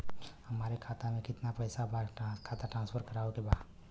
हमारे खाता में कितना पैसा बा खाता ट्रांसफर करावे के बा?